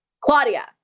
Claudia